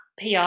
PR